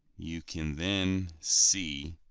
you can then see